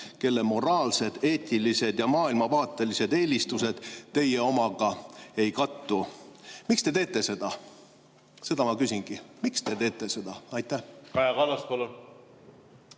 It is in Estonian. kelle moraalsed, eetilised ja maailmavaatelised eelistused teie omadega ei kattu. Miks te teete seda? Seda ma küsingi. Miks te teete seda? Aitäh, hea esimees!